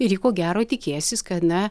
ir ji ko gero tikėsis kad na